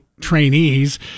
trainees